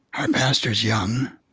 our pastor is young.